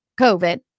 COVID